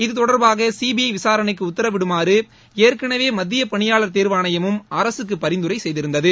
இத்தொடர்பாக சிபிஐ விசாரணைக்கு உத்தரவிடுமாறு ஏற்கனவே மத்திய பணியாளர் தேர்வாணையமும் அரசுக்கு பரிந்துரை செய்திருந்தது